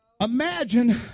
Imagine